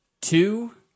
Two